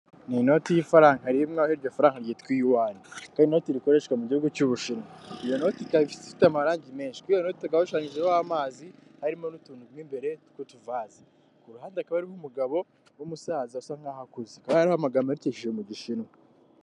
Ni inoti y'ifaranga rimwe aho iryo faranga ryitwa Iyuwani, ikaba ari inote ikoreshwa mu gihugu cy'Ubushinwa .Iyo noti ikaba ifite amarangi menshi , kuri iyo note hakaba hashushanyijeho amazi, harimo n'utuntu tw'imbere tw'utuvazi, ku ruhande hakaba hari umugabo w'umusaza usa nkaho akuze, hakaba hariho amagambo yanditswe mu Gishinwa.